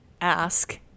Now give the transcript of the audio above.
ask